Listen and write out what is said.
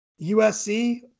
USC